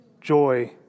joy